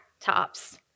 tops